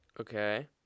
Okay